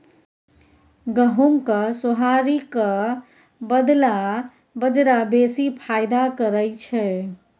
गहुमक सोहारीक बदला बजरा बेसी फायदा करय छै